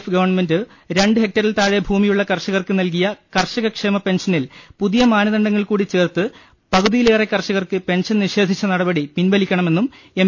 ഫ് government രണ്ട് ഹെക്ടറിൽ താഴെ ഭൂമിയുളള കർഷകർക്ക് നൽകിയ കർഷക ക്ഷേമ പെൻഷനിൽ പുതിയ മാനദണ്ഡങ്ങൾ കൂട്ടി ചേർത്ത് പകുതിയിലേറെ കർഷകർക്ക് പെൻഷൻ നിഷേധിച്ചു നടപടി പിൻവലിക്കണമെന്നും എം